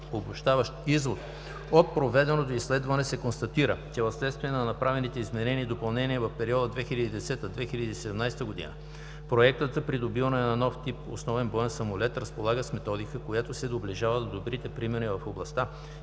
обобщаващ извод от проведеното изследване се констатира, че вследствие на направените изменения и допълнения в периода 2010 – 2017 г. Проектът за придобиване на нов тип основен боен самолет разполага с методика, която се доближава до добрите примери в областта